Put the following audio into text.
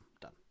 Done